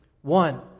One